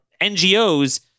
NGOs